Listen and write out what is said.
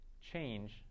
change